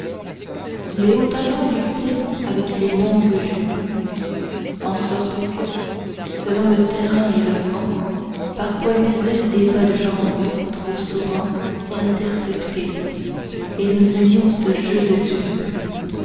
les hauts talons luttaient avec les longues jupes en sorte que selon le terrain et le vent parfois luisaient des bas de jambe trop souvent interceptés et nous aimions ce jeu de dupes